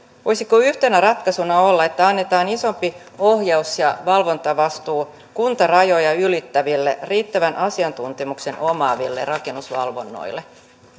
voisiko yhtenä ratkaisuna olla että annetaan isompi ohjaus ja valvontavastuu kuntarajoja ylittävälle riittävän asiantuntemuksen omaavalle rakennusvalvonnalle